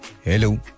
Hello